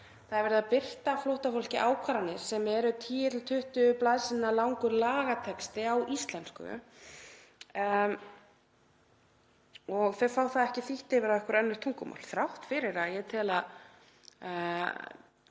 Það er verið að birta flóttafólki ákvarðanir sem eru 10–20 blaðsíðna langur lagatexti á íslensku og þau fá það ekki þýtt yfir á önnur tungumál þrátt fyrir að ég telji að